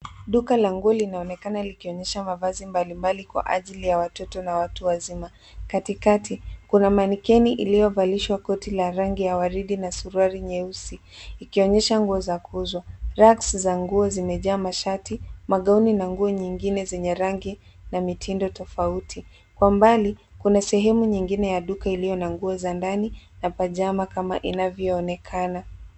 Duka la nguo linaonekana likionyesha mavazi mbali mbali kwa ajili ya watoto na watu wazima, katikati kuna manekeni iliyovalishwa koti la rangi ya waridi na suruali nyeusi ikionyesha nguo za kuuzwa. Racks za nguo zimejaa mashati, magauni na nguo nyingine zenye rangi na mitindo tofauti, kwa umbali kuna sehemu nyingine ya duka iliyo na nguo za ndani na pajama kama inavyo onekana.